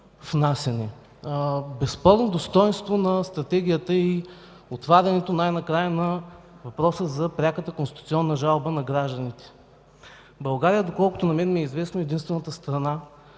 внасяне. Безспорно достойнство на Стратегията е отварянето най-накрая на въпроса за пряката конституционна жалба на гражданите. Доколкото ми е известно, България е единствената страна